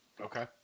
Okay